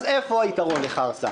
אז איפה היתרון לחרסה?